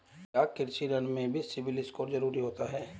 क्या कृषि ऋण में भी सिबिल स्कोर जरूरी होता है?